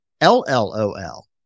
L-L-O-L